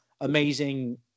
amazing